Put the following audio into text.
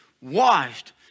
washed